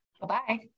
Bye-bye